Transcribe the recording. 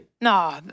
No